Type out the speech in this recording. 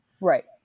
right